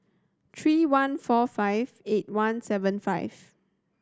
three one four five eight one seven five